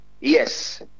Yes